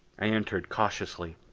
i entered cautiously,